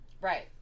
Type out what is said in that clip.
Right